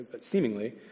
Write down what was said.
seemingly